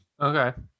Okay